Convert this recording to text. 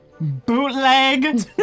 Bootleg